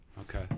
okay